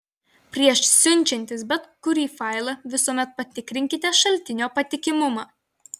prieš siunčiantis bet kurį failą visuomet patikrinkite šaltinio patikimumą